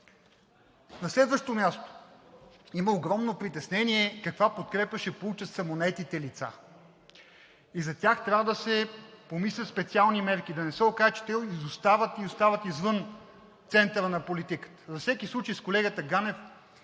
На следващо място, има огромно притеснение каква подкрепа ще получат самонаетите лица. За тях трябва да се помислят специални мерки, за да не се окаже, че изостават и остават извън центъра на политика. За всеки случай с колегата Ганев